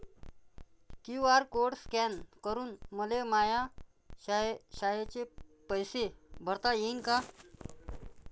QR code scan करून मले माया शाळेचे पैसे भरता येईन का?